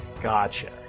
Gotcha